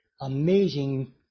amazing